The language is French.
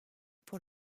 pour